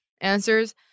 answers